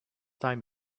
time